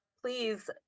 Please